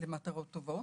למטרות טובות.